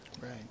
Right